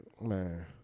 man